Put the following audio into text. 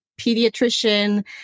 pediatrician